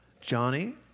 Johnny